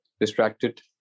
distracted